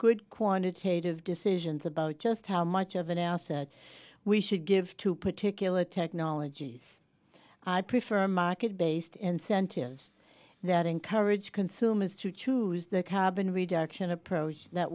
good quantitative decisions about just how much of an answer we should give to particular technologies i prefer market based incentives that encourage consumers to choose the carbon reduction approach that